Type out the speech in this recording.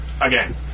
again